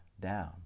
down